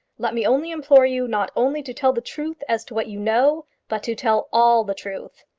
let me only implore you not only to tell the truth as to what you know, but to tell all the truth.